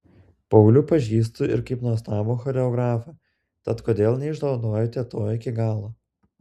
paulių pažįstu ir kaip nuostabų choreografą tad kodėl neišnaudojote to iki galo